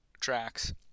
tracks